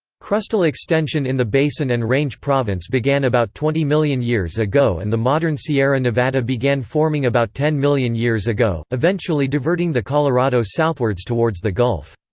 crustal extension in the basin and range province began about twenty million years ago and the modern sierra nevada began forming about ten million years ago, eventually diverting the colorado southwards towards the gulf.